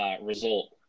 result